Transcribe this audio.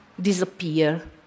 disappear